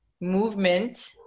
movement